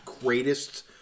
greatest